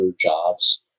jobs